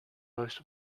most